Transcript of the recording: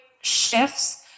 shifts